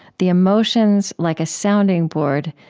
the emotions, like a sounding board,